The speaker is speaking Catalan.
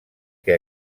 que